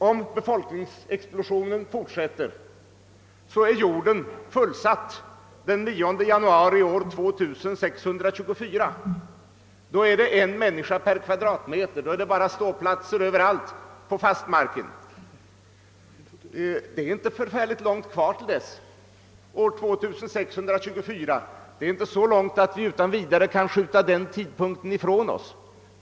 Om befolkningsexplosionen fortsätter är jorden fullbelagd den 9 januari år 2624. Då finns det en människa per kvadratmeter, och då är det bara ståplatser överallt på den fasta marken. Det är inte så långt kvar till år 2624 att vi utan vidare kan skjuta tanken på den tid punkten ifrån oss.